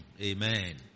amen